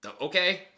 Okay